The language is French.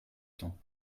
temps